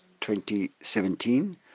2017